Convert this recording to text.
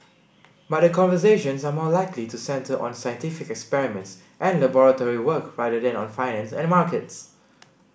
but the conversations are more likely to centre on scientific experiments and laboratory work rather than on finance and markets